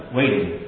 waiting